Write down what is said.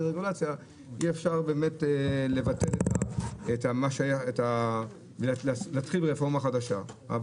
רגולציה אי אפשר לבטל את מה שהיה ולהתחיל ברפורמה חדשה.